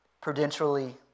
prudentially